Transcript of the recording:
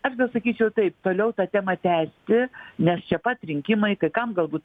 aš gal sakyčiau taip toliau ta tema tęsti nes čia pat rinkimai kai kam galbūt